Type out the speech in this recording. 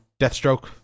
Deathstroke